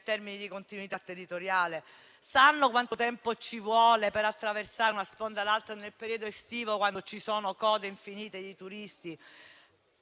Sanno quanto tempo ci vuole per attraversare da una sponda all'altra nel periodo estivo, quando ci sono code infinite di turisti?